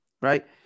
right